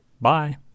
Bye